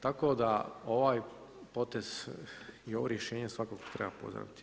Tako da ovaj potez i ovo rješenje svakako treba pozdraviti.